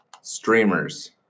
Streamers